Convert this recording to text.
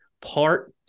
part-